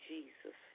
Jesus